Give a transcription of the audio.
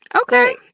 okay